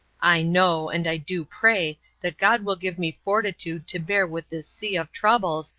i know, and i do pray that god will give me fortitude to bear with this sea of troubles,